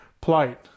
plight